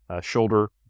shoulder